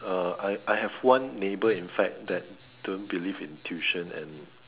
uh I I have one neighbor in fact that don't believe in tuition and